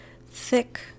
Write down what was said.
Thick